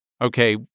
Okay